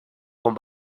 con